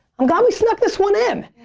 i'm glad we snuck this one in.